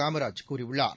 காமராஜ் கூறியுள்ளார்